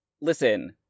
Listen